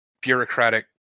bureaucratic